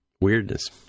weirdness